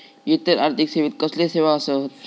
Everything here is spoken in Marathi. इतर आर्थिक सेवेत कसले सेवा आसत?